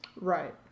Right